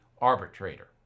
arbitrator